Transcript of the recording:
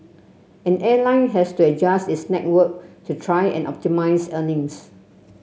an airline has to adjust its network to try and optimise earnings